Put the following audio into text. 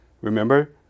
Remember